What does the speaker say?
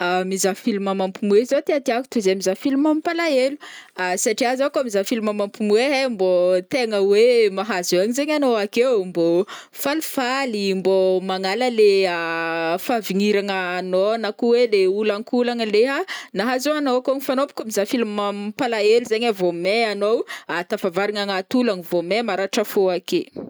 Mizaha film mampomoehy zao tiatiako toizay mizaha film mampalahelo, satria zô ko mizaha film mampomoehy ai mbô tegna oe mahazo aigna zegny anô akeo mbô falifaly, mbô magnala le fahavigniragna anô na ko oe le olankolagna leha nahazo anô kôgny fa anô kô fa mizaha le film mam palahelo zegny ai vô may anô tafavarigna agnaty olana vô may maratra fô ake.